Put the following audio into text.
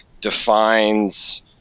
defines